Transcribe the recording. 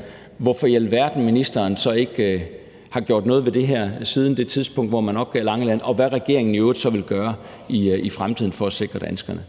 – hvorfor i alverden ministeren så ikke har gjort noget ved det her siden det tidspunkt, hvor man opgav Langeland, og hvad regeringen i øvrigt så vil gøre i fremtiden for at sikre danskernes